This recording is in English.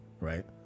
right